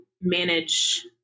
manage